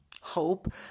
hope